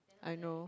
I know